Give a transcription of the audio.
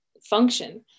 function